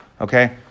Okay